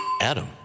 Adam